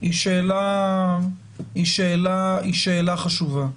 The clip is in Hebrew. היא שאלה חשובה.